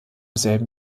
selben